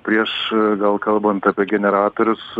prieš vėl kalbant apie generatorius